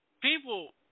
people